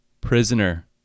Prisoner